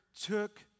took